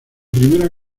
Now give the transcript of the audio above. primera